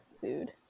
food